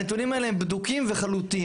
הנתונים האלה הם בדוקים וחלוטים.